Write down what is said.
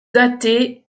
daté